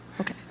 Okay